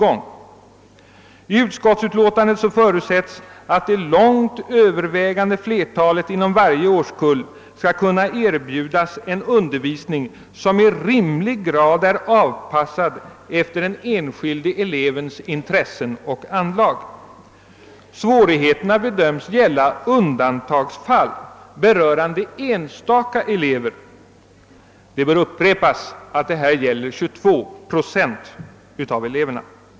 I utskottsutlåtandet förutsätts att det långt övervägande flertalet inom varje årskurs skall kunna erbjudas en undervisning, som i rimlig grad är anpassad efter den enskilde elevens intressen och anlag. Svårigheterna bedöms gälla undantagsfall, berörande enstaka elever. Det bör upprepas att det här gäller 22 procent av eleverna.